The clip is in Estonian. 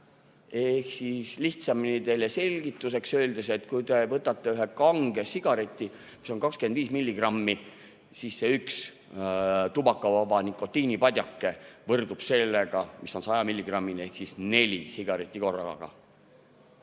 Ehk siis lihtsamalt teile selgitades: kui te võtate ühe kange sigareti, mis on 25 milligrammi, siis see üks tubakavaba nikotiinipadjake võrdub 100 milligrammiga, ehk siis neli sigaretti korraga.